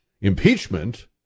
Impeachment